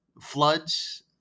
floods